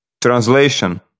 Translation